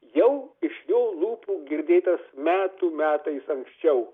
jau iš jo lūpų girdėtas metų metais anksčiau